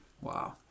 Wow